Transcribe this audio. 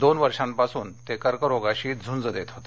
दोन वर्षांपासून ते कर्करोगाशी झूंज देत होते